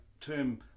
term